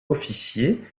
officiers